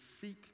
seek